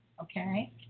Okay